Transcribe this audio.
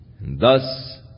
Thus